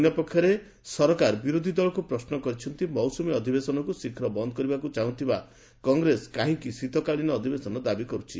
ଅନ୍ୟପକ୍ଷରେ ସରକାର ବିରୋଧୀ ଦଳକୁ ପ୍ରଶ୍ନ କରିଛନ୍ତି ମୌସ୍ମୀ ଅଧିବେଶନକ୍ ଶୀଘ୍ର ବନ୍ଦ୍ କରିବାକ୍ କହିଥିବା କଂଗ୍ରେସ କାହିଁକି ଶୀତକାଳୀନ ଅଧିବେଶନ ପାଇଁ ଦାବି କରୁଛି